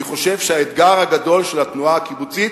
אני חושב שהאתגר הגדול של התנועה הקיבוצית,